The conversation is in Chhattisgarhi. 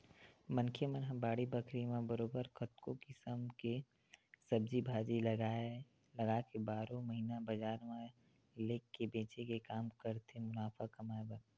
मनखे मन ह बाड़ी बखरी म बरोबर कतको किसम के सब्जी भाजी लगाके बारहो महिना बजार म लेग के बेंचे के काम करथे मुनाफा कमाए बर